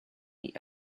the